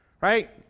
right